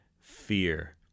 fear